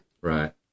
Right